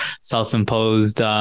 self-imposed